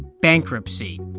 bankruptcy.